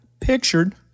pictured